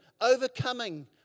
Overcoming